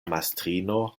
mastrino